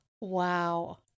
Wow